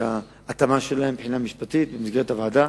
את ההתאמה שלהם מבחינה משפטית במסגרת הוועדה.